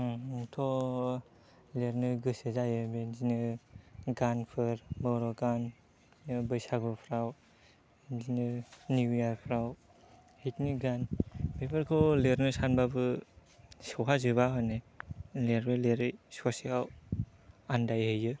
आंथ' लेरनो गोसो जायो बेदिनो गानफोर बर' गान बैसागुफ्राव बिदिनो निउ इयारफ्राव हितनि गान बेफोरखौ लेरनो सानबाबो सौहाजोबा हनै लेरै लेरै ससेयाव आन्दायहैयो